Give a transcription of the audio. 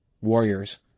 warriors